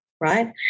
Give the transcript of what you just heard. right